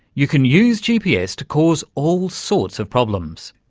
you can use gps to cause all sorts of problems.